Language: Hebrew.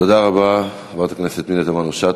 תודה רבה, חברת הכנסת פנינה תמנו-שטה.